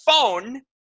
phone